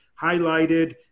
highlighted